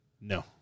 No